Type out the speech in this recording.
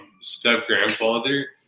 step-grandfather